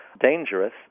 dangerous